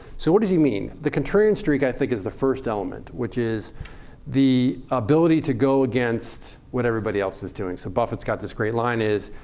so what does he mean? the contrarian streak, i think, is the first element, which is the ability to go against what everybody else is doing. so buffett's got this great line. it is,